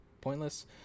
pointless